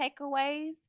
takeaways